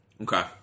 Okay